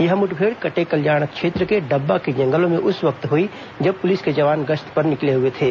यह मुठभेड़ कटेकल्याण क्षेत्र के डब्बा के जंगलों में उस वक्त हुई जब पुलिस के जवान गश्त पर निकले हए थे